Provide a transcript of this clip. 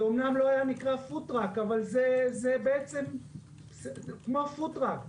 זה אמנם לא היה נקרא פוד-טראק אבל זה בעצם כמו פוד-טראק,